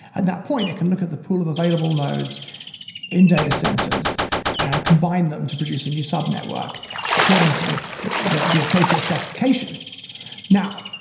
at that point, it can look at the pool of available nodes in data centers and combine them to produce a new sub-network according to the the appropriate specification now,